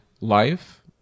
life